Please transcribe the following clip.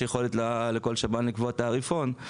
יש יכולת לכל שב"ן לקבוע תעריפון,